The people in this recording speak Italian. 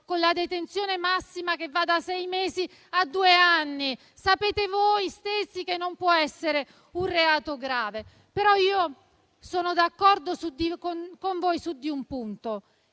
con una detenzione massima che va da sei mesi a due anni? Sapete voi stessi che non può essere un reato grave. Sono d'accordo però con voi su un punto